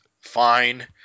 fine